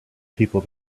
people